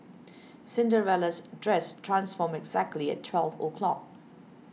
Cinderella's dress transformed exactly at twelve o'clock